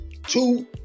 Two